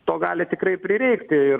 to gali tikrai prireikti ir